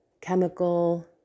chemical